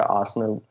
arsenal